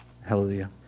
Hallelujah